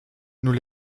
nous